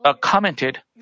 commented